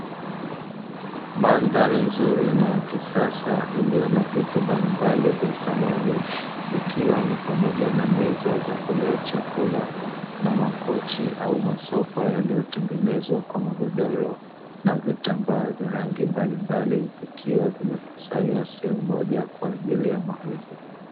Mandhari nzuri na ya kisasa, iliyo na vitu mbalimbali vya samani, ikiwa ni pamoja na meza za kulia chakula na makochi au masofa yaliyotengenezwa kwa magodoro na vitambaa vya rangi mbalimbali, vikiwa vimekusanywa sehemu moja kwa ajili ya mauzo.